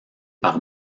par